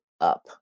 up